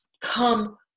come